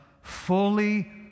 fully